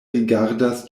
rigardas